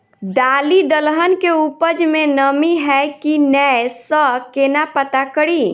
दालि दलहन केँ उपज मे नमी हय की नै सँ केना पत्ता कड़ी?